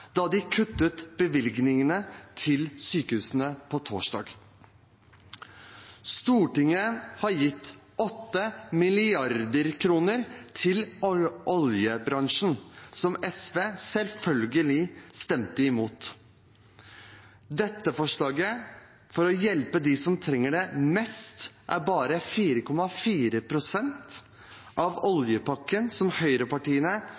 da de kuttet i bevilgningene til sykehusene på torsdag. Stortinget har gitt 8 mrd. kr til oljebransjen, som SV selvfølgelig stemte imot. Dette forslaget, for å hjelpe dem som trenger det mest, er bare 4,4 pst. av oljepakken, som høyrepartiene,